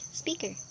speaker